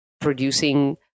producing